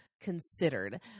considered